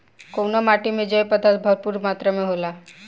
कउना माटी मे जैव पदार्थ भरपूर मात्रा में होला?